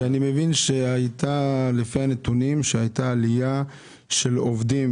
לפי הנתונים אני מבין שהיה גידול במספר העובדים,